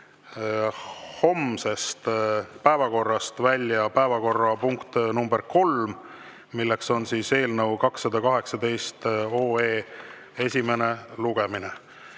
homsest päevakorrast välja päevakorrapunkt number kolm, mis on eelnõu 218 esimene lugemine.